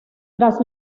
tras